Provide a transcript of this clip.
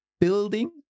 building